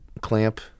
clamp